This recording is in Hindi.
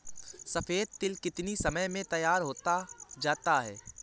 सफेद तिल कितनी समय में तैयार होता जाता है?